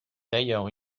d’ailleurs